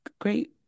great